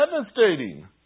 devastating